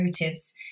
motives